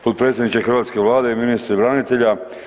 Potpredsjedniče hrvatske Vlade i ministre branitelja.